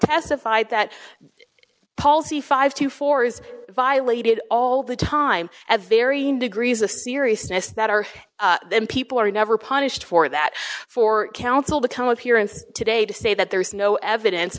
testified that policy five to four is violated all the time at varying degrees of seriousness that are then people are never punished for that for counsel to come appearance today to say that there is no evidence